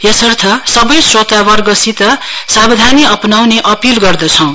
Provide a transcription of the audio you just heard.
यसर्थ सबै स्रोतावर्गसित सावधानी अपनाउने अपील गर्दछौं